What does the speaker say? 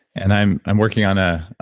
and i'm i'm working on a,